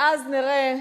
ואז נראה